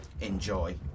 enjoy